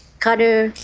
cutter,